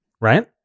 Right